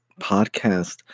podcast